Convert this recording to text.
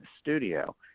studio